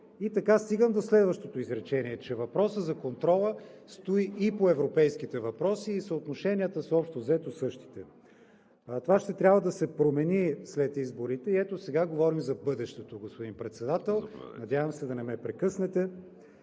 И така стигам до следващото изречение, че въпросът за контрола стои и по европейските въпроси, и съотношенията са, общо, взето същите. Това ще трябва да се промени след изборите. И ето сега говорим за бъдещото, господин Председател. ПРЕДСЕДАТЕЛ ВАЛЕРИ